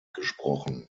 gesprochen